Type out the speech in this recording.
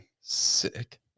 Sick